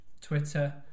Twitter